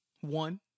one